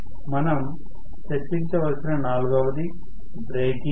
మనం చర్చించవలసిన నాలుగవది బ్రేకింగ్